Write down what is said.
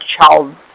child